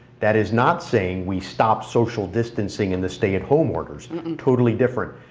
that is not saying we stop social distancing and the stay at home orders and and totally different.